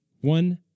One